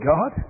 God